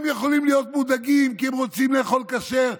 הם יכולים להיות מודאגים כי הם רוצים לאכול כשר,